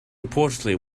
reportedly